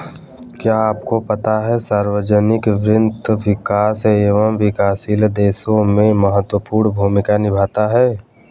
क्या आपको पता है सार्वजनिक वित्त, विकसित एवं विकासशील देशों में महत्वपूर्ण भूमिका निभाता है?